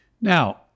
Now